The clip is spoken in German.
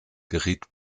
geriet